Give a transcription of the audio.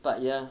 but ya